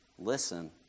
listen